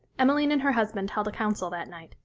emmeline and her husband held a council that night,